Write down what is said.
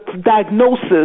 diagnosis